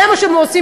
זה מה שהם עושים,